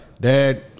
Dad